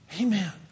Amen